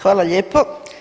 Hvala lijepo.